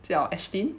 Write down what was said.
叫 ashlyn